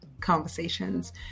conversations